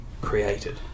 created